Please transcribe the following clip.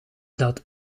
dat